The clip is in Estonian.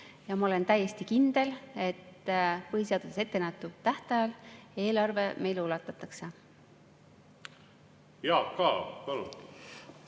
ja ma olen täiesti kindel, et põhiseaduses ettenähtud tähtajaks eelarve meile ulatatakse. Jaak Aab, palun!